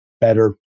better